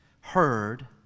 heard